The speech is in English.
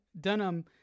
Dunham